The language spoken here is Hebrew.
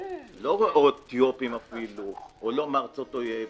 אפילו לא כאל עולים מאתיופיה או עולים מארצות אויב,